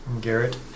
Garrett